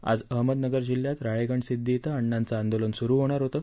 आज अहमदनगर जिल्ह्यात राळेगणसिद्वी इथं अणांचं आंदोलन सुरु होणार होतं